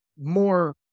more